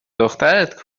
دخترت